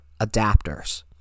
adapters